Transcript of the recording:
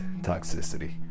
Toxicity